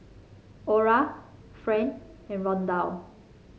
Ora Friend and Rondal